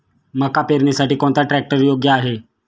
मका पेरणीसाठी कोणता ट्रॅक्टर योग्य आहे?